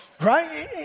Right